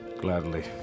Gladly